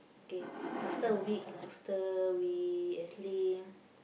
okay after a week after we actually